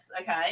Okay